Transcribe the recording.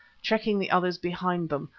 checking the others behind them,